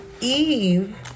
Eve